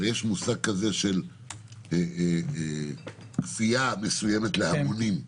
הרי יש מושג כזה של סיעה מסוימת להמונים,